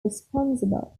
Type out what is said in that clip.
responsible